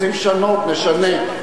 רוצים לשנות, נשנה.